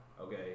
Okay